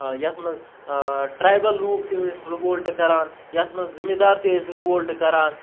یَتھ منٛز ٹرٛایبَل لوٗکھ تہِ ٲسۍ رِوولٹہٕ کَران یَتھ منٛز زٔمیٖندار تہِ ٲسۍ رِوولٹہٕ کَران